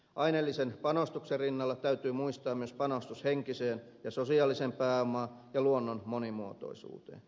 aineellisen panostuksen rinnalla täytyy muistaa myös panostus henkiseen ja sosiaaliseen pääomaan ja luonnon monimuotoisuuteen